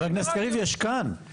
חבר הכנסת קריב, יש כאן משרתים בצה"ל.